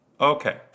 Okay